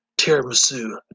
tiramisu